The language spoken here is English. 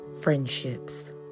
friendships